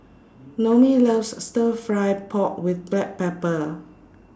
Noemie loves Stir Fry Pork with Black Pepper